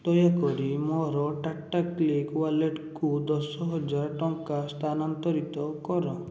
ଦୟାକରି ମୋର ଟାଟାକ୍ଲିକ୍ ୱାଲେଟ୍କୁ ଦଶ ହଜାର ଟଙ୍କା ସ୍ଥାନାନ୍ତରିତ କର